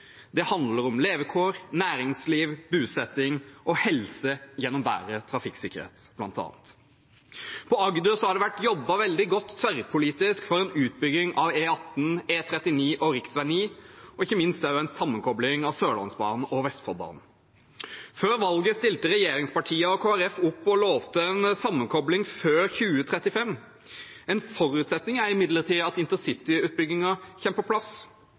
Det handler bl.a. om levekår, næringsliv, bosetting og helse gjennom bedre trafikksikkerhet. I Agder har det vært jobbet veldig godt tverrpolitisk for en utbygging av E18, E39 og rv. 9, og ikke minst også for en sammenkobling av Sørlandsbanen og Vestfoldbanen. Før valget stilte regjeringspartiene og Kristelig Folkeparti opp og lovte en sammenkobling før 2035. En forutsetning er imidlertid at intercityutbyggingen kommer på plass.